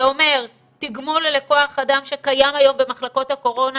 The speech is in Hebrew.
זה אומר תגמול לכוח אד שקיים היום במחלקות הקורונה,